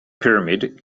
pyramid